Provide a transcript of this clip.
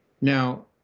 Now